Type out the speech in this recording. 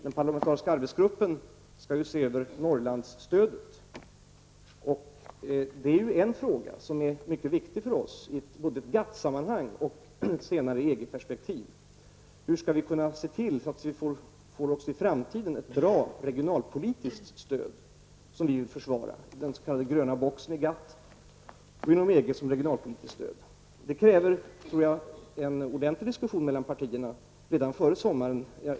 Den parlamentariska arbetsgruppen skall se över Norrlandsstödet, och det är en fråga som är mycket viktig för oss både i GATT-sammanhang och senare i EG-perspektiv. Hur skall vi kunna se till att också i framtiden få ett bra regionalpolitisikt stöd, något som vi vill försvara? Härvid berörs den s.k. gröna boxen i GATT och EGs regionalpolitiska stöd. Jag tror att detta kräver en ordentlig diskussion mellan partierna redan före sommaren.